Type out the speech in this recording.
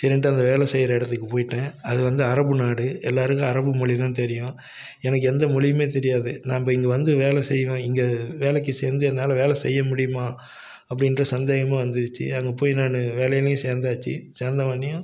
சரின்ட்டு அந்த வேலை செய்யற இடத்துக்கு போயிட்டேன் அது வந்து அரபு நாடு எல்லாருக்கும் அரபு மொழிதான் தெரியும் எனக்கு எந்த மொழியுமே தெரியாது நான் இப்போ இங்கே வந்து வேலை செய்வோம் இங்கே வேலைக்கு சேர்ந்து என்னால் வேலை செய்ய முடியுமா அப்படின்ற சந்தேகமும் வந்துருச்சு அங்கே போய் நான் வேலையிலையும் சேர்ந்தாச்சி சேர்ந்தவொன்னையும்